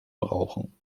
brauchen